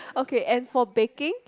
okay and for baking